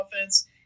offense